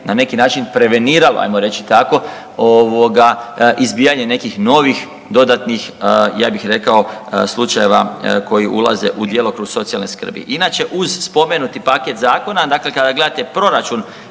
na neki način preveniralo hajmo reći tako izbijanje nekih novih dodatnih ja bih rekao slučajeva koji ulaze u djelokrug socijalne skrbi. Inače uz spomenuti paket zakona dakle kada gledate proračun